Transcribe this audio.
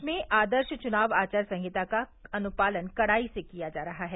प्रदेश में आदर्श चुनाव आचार संहिता का अनुपालन कड़ाई से किया जा रहा है